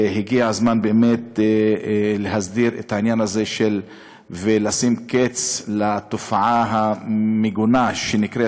הגיע הזמן באמת להסדיר את העניין הזה ולשים קץ לתופעה המגונה שנקראת,